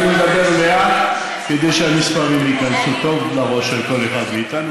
אני מדבר לאט כדי שהמספרים ייכנסו טוב לראש של כל אחד מאיתנו,